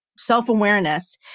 self-awareness